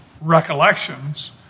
recollections